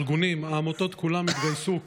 הארגונים והעמותות כולם התגייסו,